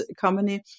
company